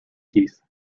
teeth